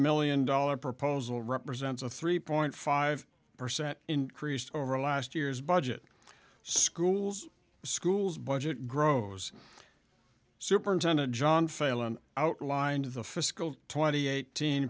million dollars proposal represents a three point five percent increase over last year's budget schools schools budget grows superintendent john failon outlined the fiscal twenty eighteen